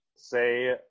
say